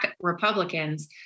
Republicans